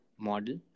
model